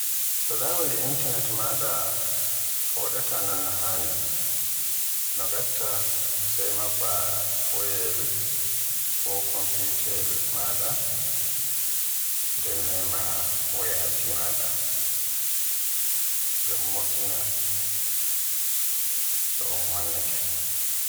So laawol internet maada foodaata non no haani, no ngatta sai mabba wayayel ko komfiyutaayel maada nden mema wayaaji maada ngam mo'ina so un wonnake.